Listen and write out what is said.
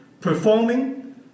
performing